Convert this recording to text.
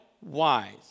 Wise